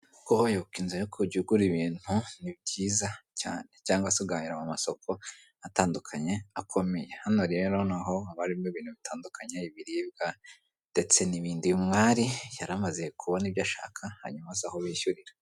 Kubayoka inzira yo kujya ugura ibintu ni byiza cyane, cyangwa se ugahahira mu masoko atandukanye akomeye, hano rero noneho abamo ibintu bitandukanye ibibiribwa ndetse n'ibindi. Umwari yari amaze kubona ibyo ashaka hanyuma aza aho bishyurira.